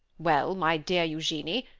well, my dear eugenie?